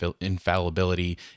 infallibility